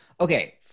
okay